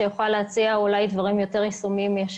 שיוכל להציע אולי דברים יותר יישומיים ממני.